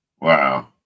wow